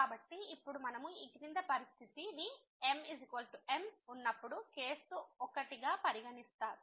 కాబట్టి ఇప్పుడు మనము ఈ క్రింది పరిస్థితి ని M m ఉన్నప్పుడు కేసు 1 గా పరిగణిస్తారు